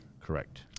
Correct